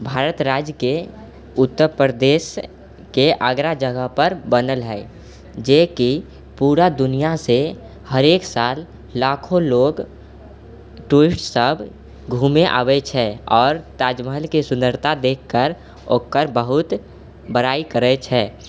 भारत राज्यके उत्तर प्रदेशके आगरा जगहपर बनल हय जे कि पूरा दुनिआँसँ हरेक साल लाखो लोग टूरिस्ट सब घुमै आबै छै आओर ताजमहलके सुन्दरता देखि कर ओकर बहुत बड़ाइ करै छै